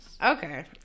Okay